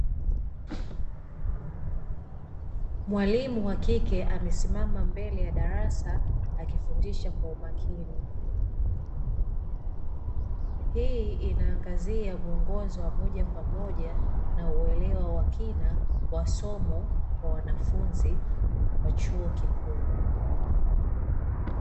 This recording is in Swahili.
Mwalimu wa kike amesimama mbele ya darasa, akifundisha kwa umakini, hii inaangazia muongozo wa moja kwa moja na uelewa wa kina wa somo kwa wanafunzi wa chuo kikuu.